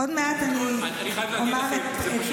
עוד מעט אני אומר --- אני חייב להגיד לכם,